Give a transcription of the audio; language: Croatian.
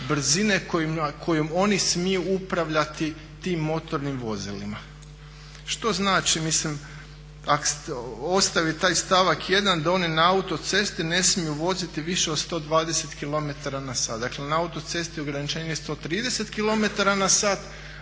brzine kojom oni smiju upravljati tim motornim vozilima. Što znači mislim ako ostavi taj stavak 1. da oni na autocesti ne smiju voziti više od 120 km na sat. Dakle na autocesti ograničenje je 130 km na sat